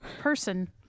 person